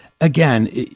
again